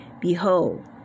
Behold